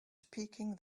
speaking